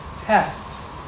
tests